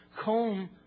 comb